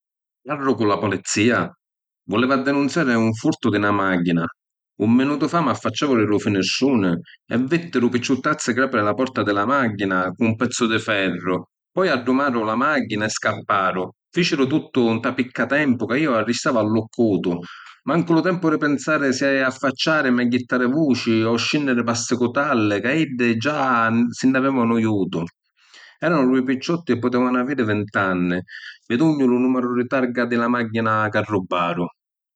Parru cu la polizia? Vuleva denunziari un furtu di na machina. Un minutu fa m’affacciavu di lu finistruni e vitti dui picciuttazzi grapiri la porta di la machina c’un pezzu di ferru, poi addumaru la machina e scapparu. Ficiru tuttu nta picca tempu ca iu arristavu alluccutu, mancu lu tempu di pinsari si’ affacciarimi e jittari vuci o scinniri p’assicutalli, ca iddi già si nn’avevanu jiutu. Eranu dui picciotti chi putevanu aviri vint’anni. Vi dugnu lu numeru di targa di la machina c’arribaru.